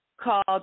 called